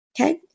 Okay